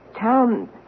town